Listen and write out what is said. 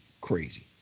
crazy